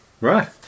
Right